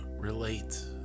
relate